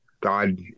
God